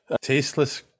Tasteless